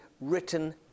written